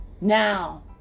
Now